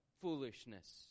foolishness